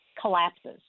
collapses